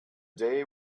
day